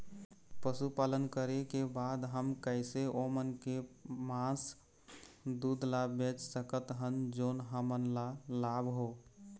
पशुपालन करें के बाद हम कैसे ओमन के मास, दूध ला बेच सकत हन जोन हमन ला लाभ हो?